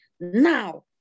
now